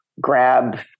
grab